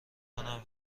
کنم